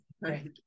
Right